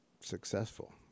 successful